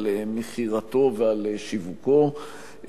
על מכירתו ועל שיווקו,